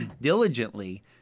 diligently